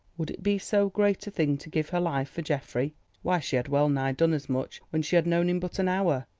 would it be so great a thing to give her life for geoffrey why she had well nigh done as much when she had known him but an hour,